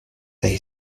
they